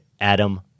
Adam